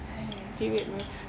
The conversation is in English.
!hais!